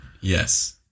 Yes